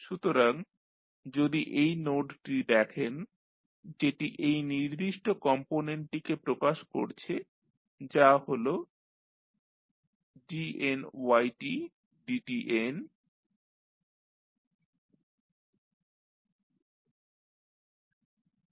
সুতরাং যদি এই নোডটি দেখেন যেটি এই নির্দিষ্ট কম্পনেন্টটিকে প্রকাশ করছে যা হল dnydtn